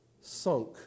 sunk